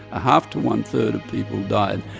a half to one-third of people died.